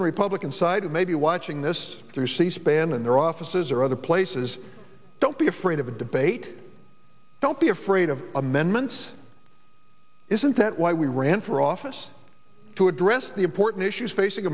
in republican side who may be watching this through c span in their offices or other places don't be afraid of a debate don't be afraid of amendments isn't that why we ran for office to address the important issues facing